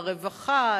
לרווחה,